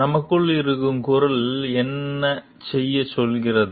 நமக்குள் இருக்கும் குரல் என்ன செய்யச் சொல்கிறது